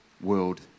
world